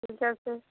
ঠিক আছে